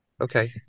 Okay